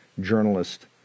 journalist